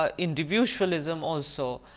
ah individualism also.